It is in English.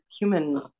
human